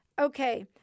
Okay